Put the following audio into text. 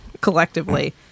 collectively